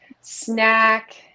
snack